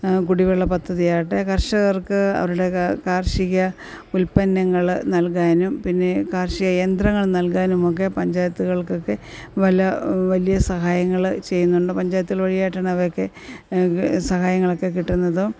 കുടിവെള്ള പദ്ധതിയാകട്ടെ കർഷകർക്ക് അവരുടെ കാർഷിക ഉൽപ്പന്നങ്ങൾ നൽകാനും പിന്നെ കാർഷിക യന്ത്രങ്ങൾ നൽകാനുമൊക്കെ പഞ്ചായത്തുകൾക്കൊക്കെ വലിയ സഹായങ്ങൾ ചെയ്യുന്നുണ്ട് പഞ്ചായത്തുകൾ വഴിയായിട്ടാണ് അവയൊക്കെ സഹായങ്ങളൊക്കെ കിട്ടുന്നതും